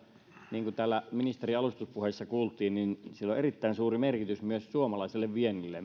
niin kuin täällä ministerin alustuspuheessa kuultiin sillä on erittäin suuri merkitys myös suomalaiselle viennille